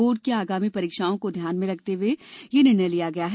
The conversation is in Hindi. बोर्ड की आगामी परीक्षाओं को ध्यान में रखते हुए यह निर्णय लिया गया है